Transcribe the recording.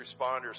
responders